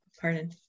pardon